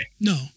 No